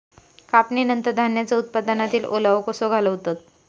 कापणीनंतर धान्यांचो उत्पादनातील ओलावो कसो घालवतत?